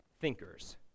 thinkers